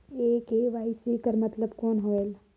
ये के.वाई.सी कर मतलब कौन होएल?